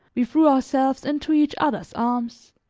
we threw ourselves into each other's arms,